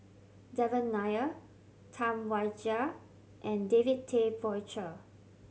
Devan Nair Tam Wai Jia and David Tay Poey Cher